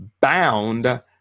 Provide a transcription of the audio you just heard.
bound